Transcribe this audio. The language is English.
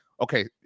okay